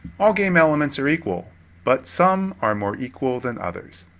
all game elements are equal but some are more equal than others.